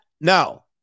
No